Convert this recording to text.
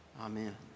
Amen